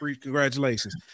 Congratulations